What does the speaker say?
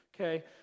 Okay